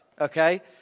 okay